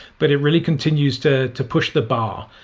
but it really continues to to push the bar.